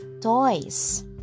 toys